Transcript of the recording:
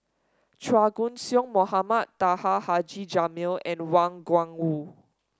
Chua Koon Siong Mohamed Taha Haji Jamil and Wang Gungwu